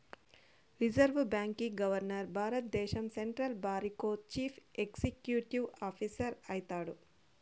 reserve bank governor భారద్దేశం central బారికో chief executive officer అయితాడు